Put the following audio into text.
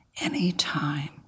anytime